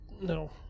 No